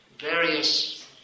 various